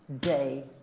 day